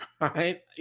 right